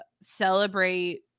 celebrate